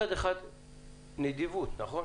מצד אחד נדיבות, נכון?